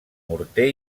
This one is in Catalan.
morter